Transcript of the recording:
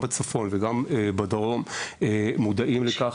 בצפון ובדרום, אנחנו מודעים לכך.